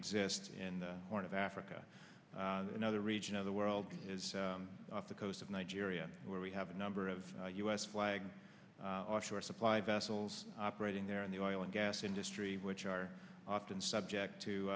exist in the horn of africa another region of the world is off the coast of nigeria where we have a number of u s flagged offshore supply vessels operating there and the oil and gas industry which are often subject to